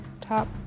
top